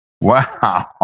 Wow